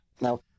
Now